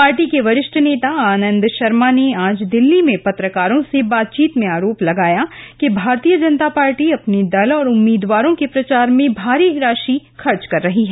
party के वरिष्ठ नेता आनंद शर्मा ने आज दिल्ली में पत्रकारों से बातचीत में आरोप लगाया कि भारतीय जनता पार्टी अपने दल और उम्मीदवारों के प्रचार में भारी राशि खर्च कर रही है